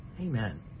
Amen